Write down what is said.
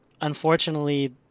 Unfortunately